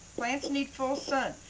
plants need full sun.